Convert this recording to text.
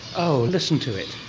oh, listen to it,